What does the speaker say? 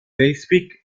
leipzig